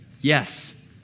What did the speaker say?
Yes